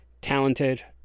Talented